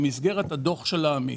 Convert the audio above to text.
במסגרת הדו"ח של העמית.